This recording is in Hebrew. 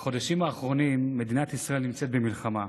בחודשים האחרונים מדינת ישראל נמצאת במלחמה.